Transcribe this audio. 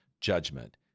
judgment